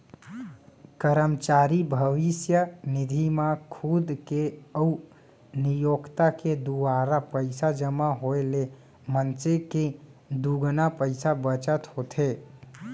करमचारी भविस्य निधि म खुद के अउ नियोक्ता के दुवारा पइसा जमा होए ले मनसे के दुगुना पइसा बचत होथे